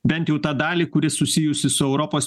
bent jau tą dalį kuri susijusi su europos